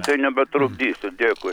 tai nebetrukdysiu dėkui